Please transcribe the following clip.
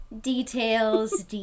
Details